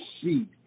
see